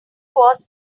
was